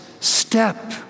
step